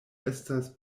estas